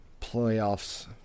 playoffs